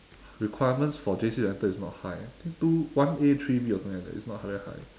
requirements for J_C to enter is not high I think two one A three B or something like that it's not high very high